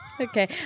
Okay